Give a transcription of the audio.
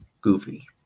Goofy